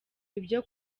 ibyo